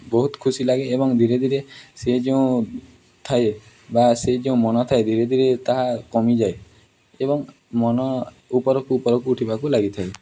ବହୁତ ଖୁସି ଲାଗେ ଏବଂ ଧୀରେ ଧୀରେ ସେ ଯେଉଁ ଥାଏ ବା ସେ ଯେଉଁ ମନ ଥାଏ ଧୀରେ ଧୀରେ ତାହା କମିଯାଏ ଏବଂ ମନ ଉପରକୁ ଉପରକୁ ଉଠିବାକୁ ଲାଗିଥାଏ